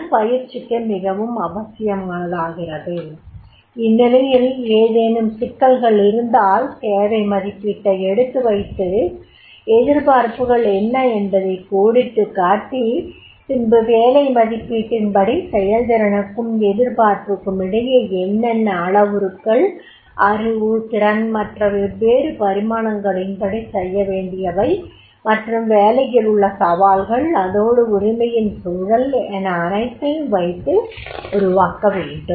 அது பயிற்சிக்கு மிகவும் அவசியமானதாகிறது இந்நிலையில் ஏதேனும் சிக்கல்கள் இருந்தால் தேவை மதிப்பீட்டை எடுத்து வைத்து எதிர்பார்ப்புகள் என்ன என்பதை கோடிட்டிக் காட்டி பின்பு வேலை மதிப்பீட்டினபடி செயல்திறனுக்கும் எதிர்பார்ப்புக்கும் இடையே என்னென்ன அளவுருக்கள் அறிவு திறன் மற்ற வெவ்வேறு பரிமாணங்களின்படி செய்யவேண்டியவை மற்றும் வேலையில் உள்ள சவால்கள் அதோடு உரிமையின் சூழல் என அனைத்தையும் வைத்து உருவாக்க வேண்டும்